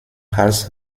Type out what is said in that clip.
hals